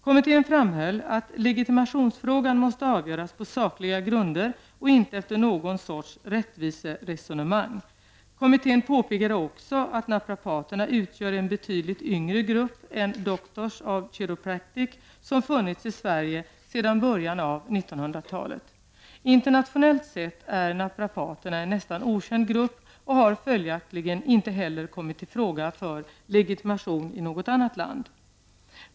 Kommittén framhöll att legitimationsfrågan måste avgöras på sakliga grunder och inte efter någon sorts rättviseresonemang. Kommittén påpekade också att naprapaterna utgör en betydligt yngre grupp än Doctors of Chiropractic, som funnits i Sverige sedan början av 1900-talet. Internationellt sett är naprapaterna en nästan okänd grupp och har följaktligen inte heller kommit i fråga för legitimation i något annat land.